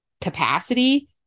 capacity